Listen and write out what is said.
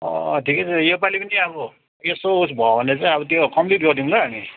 ठिकै छ योपालि पनि अब यो सोच भयो भने चाहिँ अब त्यो कम्प्लिट गरिदिऊँ ल हामी